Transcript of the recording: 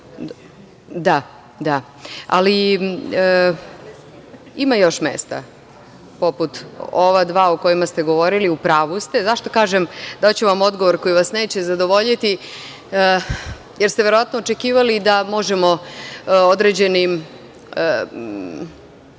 Dobro. Ali, ima još mesta, poput ova dva o kojima ste govorili. U pravu ste.Zašto kažem daću vam odgovor koji vas neće zadovoljiti? Verovatno ste očekivali da možemo određenim